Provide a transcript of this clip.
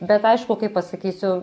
bet aišku kaip pasakysiu